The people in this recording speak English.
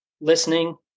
listening